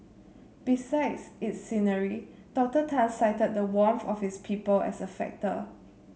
besides its scenery Doctor Tan cited the warmth of its people as a factor